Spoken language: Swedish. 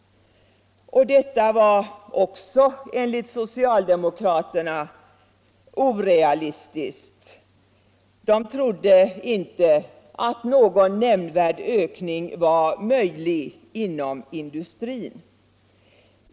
Detta var också, enligt socialdemokraterna, orealistiskt. De trodde inte att någon nämnvärd ökning var möjlig inom industrin.